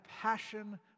passion